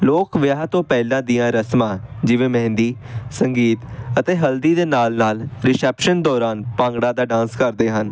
ਲੋਕ ਵਿਆਹ ਤੋਂ ਪਹਿਲਾਂ ਦੀਆਂ ਰਸਮਾਂ ਜਿਵੇਂ ਮਹਿੰਦੀ ਸੰਗੀਤ ਅਤੇ ਹਲਦੀ ਦੇ ਨਾਲ਼ ਨਾਲ਼ ਰਿਸੈਪਸ਼ਨ ਦੌਰਾਨ ਭੰਗੜਾ ਦਾ ਡਾਂਸ ਕਰਦੇ ਹਨ